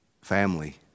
family